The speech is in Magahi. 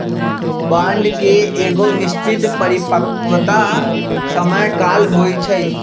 बांड के एगो निश्चित परिपक्वता समय काल होइ छइ